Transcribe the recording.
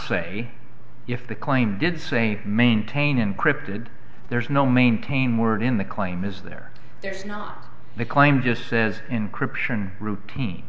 say if the claim did say maintain encrypted there's no maintain word in the claim is there there's not the claim just says encrypt ssion routine